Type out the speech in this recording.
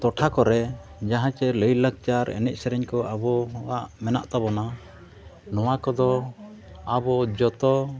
ᱴᱚᱴᱷᱟ ᱠᱚᱨᱮᱜ ᱡᱟᱦᱟᱸ ᱪᱮ ᱞᱟᱹᱭᱼᱞᱟᱠᱪᱟᱨ ᱮᱱᱮᱡ ᱥᱮᱨᱮᱧ ᱠᱚ ᱟᱵᱚᱣᱟᱜ ᱢᱮᱱᱟᱜ ᱛᱟᱵᱚᱱᱟ ᱱᱚᱣᱟ ᱠᱚᱫᱚ ᱟᱵᱚ ᱡᱚᱛᱚ